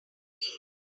delayed